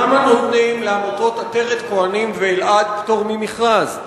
למה נותנים לעמותות "עטרת כוהנים" ואלע"ד פטור ממכרז?